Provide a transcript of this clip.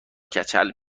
کچل